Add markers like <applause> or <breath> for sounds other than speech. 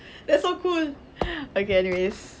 <breath> that's so cool <breath> okay anyways